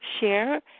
share